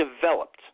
developed